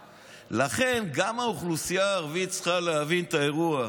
לכן, גם האוכלוסייה הערבית צריכה להבין את האירוע.